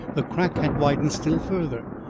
the crack had widened still further,